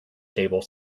table